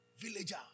Villager